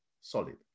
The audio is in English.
solid